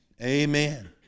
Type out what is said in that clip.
Amen